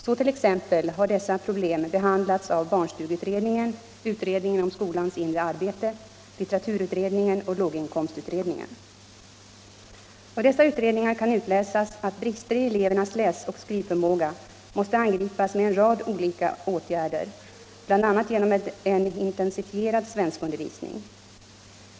Så t.ex. har dessa problem behandlats av barnstugeutredningen, utredningen om skolans inre arbete, litteraturutredningen och låginkomstutredningen. Av dessa utredningar kan utläsas att brister i elevernas läsoch skrivförmåga måste angripas med en rad olika åtgärder, bl.a. genom en intensifierad svenskundervisning.